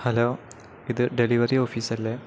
hello ഇത് delivery ഓഫീസല്ലേ